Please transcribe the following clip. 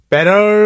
Better